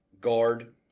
guard